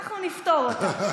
אנחנו נפתור אותה.